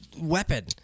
weapon